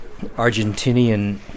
Argentinian